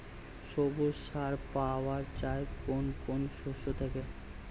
সবুজ সার পাওয়া যায় কোন কোন শস্য থেকে?